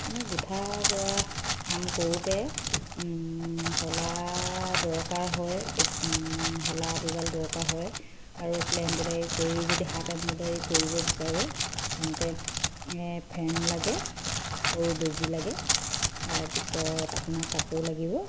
আমি গোঁঠা কৰা কাম কৰোঁতে শলা দৰকাৰ হয় শলা দুডাল দৰকাৰ হয় আৰু এইফালে এম্ব্ৰইডাৰী কৰি যদি হাত এম্ব্ৰইডাৰী কৰিব বিচাৰোঁ তেন্তে ফ্ৰেম লাগে সৰু বেজী লাগে তাৰপিছত আপোনাৰ কাপোৰ লাগিব